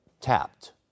tapped